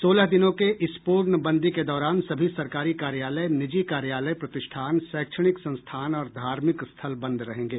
सोलह दिनों के इस पूर्णबंदी के दौरान सभी सरकारी कार्यालय निजी कार्यालय प्रतिष्ठान शैक्षणिक संस्थान और धार्मिक स्थल बंद रहेंगे